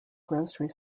grocery